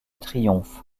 triomphe